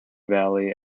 valley